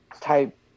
type